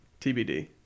TBD